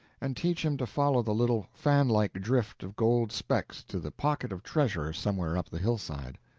and teach him to follow the little fan-like drift of gold specks to the pocket of treasure somewhere up the hillside.